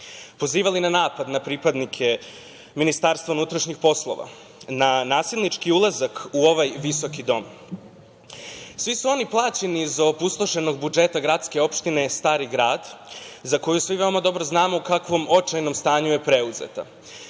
pozivali na napad na pripadnike Ministarstva unutrašnjih poslova, na nasilnički ulazak u ovaj visoki dom. Svi su oni plaćeni iz opustošenog budžeta gradske opštine Stari Grad za koju svi veoma znamo u kakvom očajnom stanju je preuzeta.